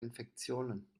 infektionen